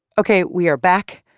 ok. we are back.